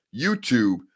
YouTube